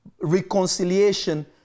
reconciliation